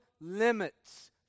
limits